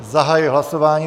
Zahajuji hlasování.